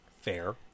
fair